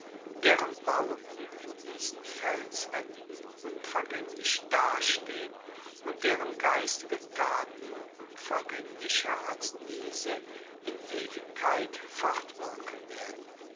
deren bauten in diesen felswaenden unvergaenglich dastehen und deren geistige taten unvergaenglicher als diese in ewigkeit fortwirken werden